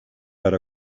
per